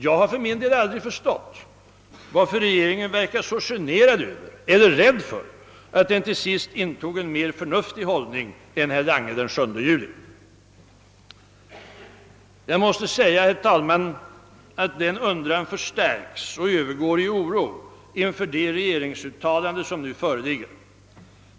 Jag har för min del aldrig förstått varför regeringen verkar så generad över och rädd för att den till sist intog en mer förnuftig hållning än herr Lange gjorde den 7 juli. Denna undran förstärks och övergår i oro inför det regeringsuttalande som nu föreligger.